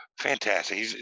fantastic